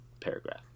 paragraph